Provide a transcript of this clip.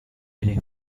ere